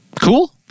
Cool